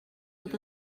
tot